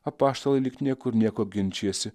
apaštalai lyg niekur nieko ginčijasi